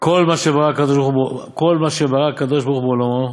כל מה שברא הקדוש-ברוך-הוא בעולמו,